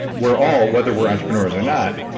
we're all, whether we're entrepreneurs or not,